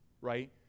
right